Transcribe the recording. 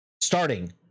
starting